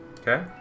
Okay